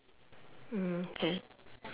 mm K